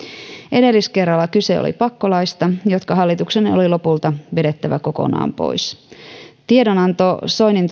edelliskerralla kyse oli pakkolaeista jotka hallituksen oli lopulta vedettävä kokonaan pois tiedonanto soinin